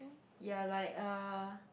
ya like uh